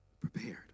prepared